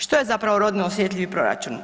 Što je zapravo rodno osjetljivi proračun?